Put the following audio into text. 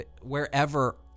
Wherever